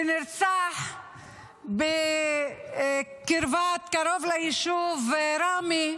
שנרצח קרוב ליישוב ראמה,